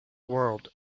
world